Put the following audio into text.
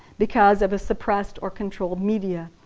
because of a suppressed or controlled media.